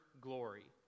glory